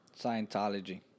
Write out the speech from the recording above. Scientology